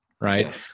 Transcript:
right